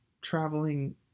traveling